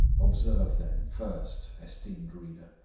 observe then, first, esteemed reader,